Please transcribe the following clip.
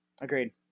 Agreed